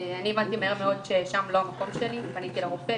אני הבנתי מהר מאוד ששם זה לא המקום שלי ופניתי לרופא,